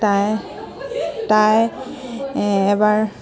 তাই তাই এবাৰ